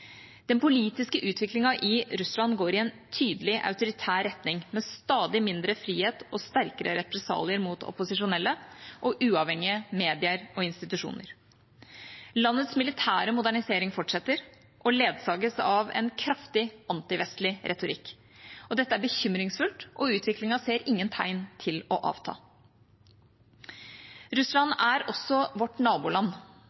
Den politiske utviklingen i Russland går i en tydelig autoritær retning, med stadig mindre frihet og sterkere represalier mot opposisjonelle og uavhengige medier og institusjoner. Landets militære modernisering fortsetter, og ledsages av kraftig antivestlig retorikk. Dette er bekymringsfullt, og utviklingen viser ingen tegn til å avta.